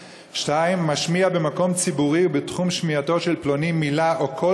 (2) משמיע במקום ציבורי ובתחום שמיעתו של פלוני מילה או קול